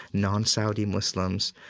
non-saudi muslims.